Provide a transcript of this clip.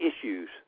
issues